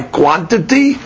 quantity